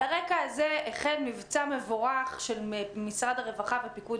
על הרקע הזה החל מבצע מבורך של משרד הרווחה ופיקוד